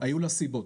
היו לה סיבות,